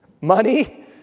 Money